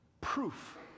proof